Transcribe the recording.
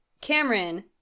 Cameron